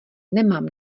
nemám